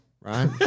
right